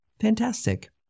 fantastic